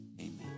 Amen